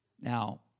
Now